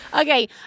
Okay